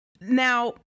now